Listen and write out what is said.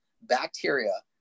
bacteria